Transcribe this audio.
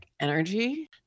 energy